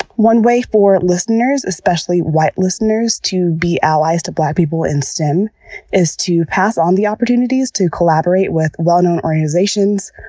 one way for listeners, especially white listeners, to be allies to black people in stem is to pass on the opportunities to collaborate with well-known organizations,